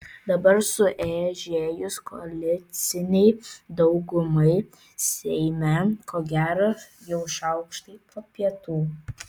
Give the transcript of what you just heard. dabar sueižėjus koalicinei daugumai seime ko gera jau šaukštai po pietų